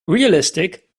realistic